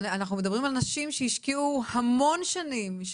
אנחנו מדברים על נשים שהשקיעו המון שנים,